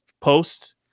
posts